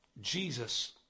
Jesus